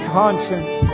conscience